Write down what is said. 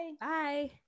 bye